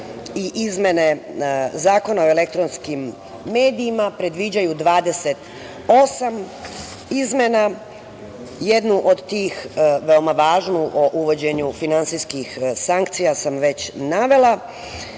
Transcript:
i izmene Zakona o elektronskim medijima predviđaju 28 izmena, jednu od tih veoma važnu o uvođenju finansijskih sankcija sam već navela,